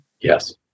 Yes